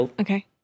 Okay